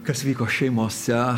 kas vyko šeimose